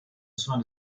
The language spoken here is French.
soins